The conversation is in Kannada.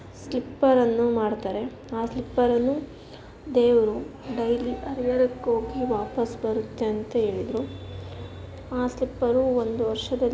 ಸ್ಲಿಪ್ಪರನ್ನು ಮಾಡ್ತಾರೆ ಆ ಸ್ಲಿಪ್ಪರನ್ನು ದೇವರು ಡೈಲಿ ಹರಿಹರಕ್ಕ್ ಹೋಗಿ ವಾಪಸ್ ಬರುತ್ತೆ ಅಂತ ಹೇಳ್ದ್ರು ಆ ಸ್ಲಿಪ್ಪರು ಒಂದು ವರ್ಷದಲ್ಲಿ